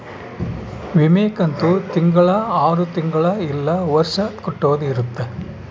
ವಿಮೆ ಕಂತು ತಿಂಗಳ ಆರು ತಿಂಗಳ ಇಲ್ಲ ವರ್ಷ ಕಟ್ಟೋದ ಇರುತ್ತ